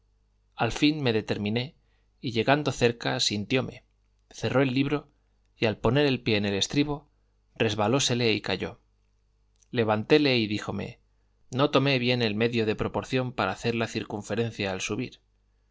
al fin me determiné y llegando cerca sintióme cerró el libro y al poner el pie en el estribo resbalósele y cayó levantéle y díjome no tomé bien el medio de proporción para hacer la circunferencia al subir